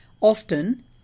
often